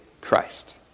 Christ